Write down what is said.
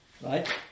right